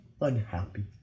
unhappy